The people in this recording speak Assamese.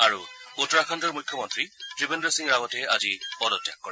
আৰু উত্তৰাখণ্ডৰ মুখ্যমন্ত্ৰী ত্ৰিবেন্দ্ৰ সিং ৰাৱটে আজি পদত্যাগ কৰে